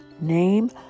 name